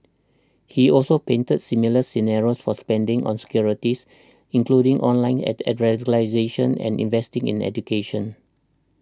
he also painted similar scenarios for spending on securities including online attacks and radicalisation and investing in education